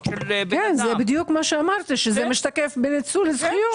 בדיוק מה שאמרתי, שזה משתקף בניצול זכויות.